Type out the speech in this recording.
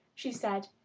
she said.